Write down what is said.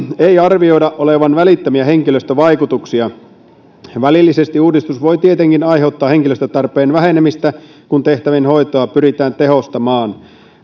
ei arvioida olevan välittömiä henkilöstövaikutuksia välillisesti uudistus voi tietenkin aiheuttaa henkilöstötarpeen vähenemistä kun tehtävien hoitoa pyritään tehostamaan